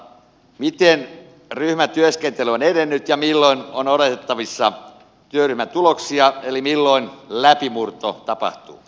miten ryhmätyöskentely on edennyt ja milloin on odotettavissa työryhmän tuloksia eli milloin läpimurto tapahtuu